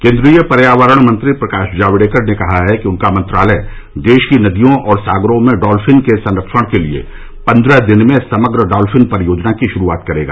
केन्द्रीय पर्यावरण मंत्री प्रकाश जावड़ेकरने कहा है कि उनका मंत्रालय देश की नदियों और सागरों में डॉल्फिन के संरक्षण के लिए पन्द्रह दिन में समग्र डॉल्फिन परियोजना की शुरूआत करेगा